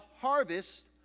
Harvest